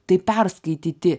tai perskaityti